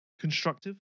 Constructive